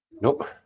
Nope